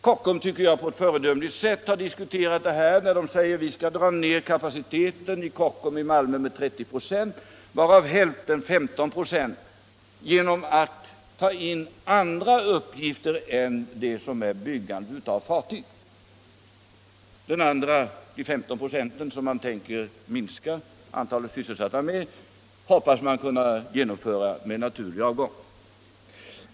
Kockums tycker jag på ett föredömligt sätt har tänkt på detta när de säger att de skall dra ned kapaciteten vid Kockums i Malmö med 30 96, varav hälften, 15 926, genom att ta in andra uppgifter än byggande av fartyg. De andra 15 procenten, som de tänker minska antalet sysselsatta med, hoppas de kunna genomföra med naturlig avgång.